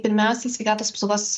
pirmiausiai sveikatos apsaugos